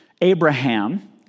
Abraham